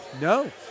No